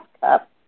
cup